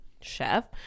chef